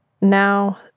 Now